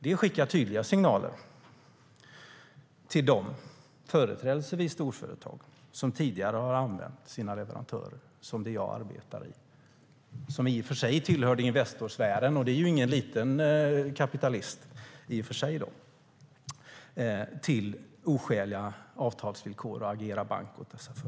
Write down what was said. Det skickar tydliga signaler till dem, företrädesvis storföretag, som tidigare ställt oskäliga avtalsvillkor på sina leverantörer och låtit dem agera bank åt sig - såsom det företag jag arbetade i och som i och för sig tillhörde Investorsfären, vilket ju inte är någon liten kapitalist.